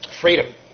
freedom